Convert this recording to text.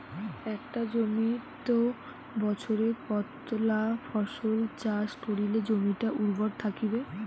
একটা জমিত বছরে কতলা ফসল চাষ করিলে জমিটা উর্বর থাকিবে?